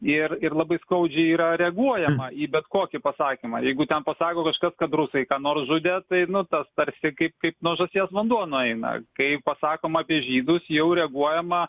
ir ir labai skaudžiai yra reaguojama į bet kokį pasakymą ir jeigu ten pasako viską kad rusai ką nors žudė tai nu tas tarsi kaip kaip nuo žąsies vanduo nueina kai pasakoma apie žydus jau reaguojama